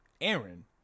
Aaron